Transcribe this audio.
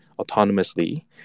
autonomously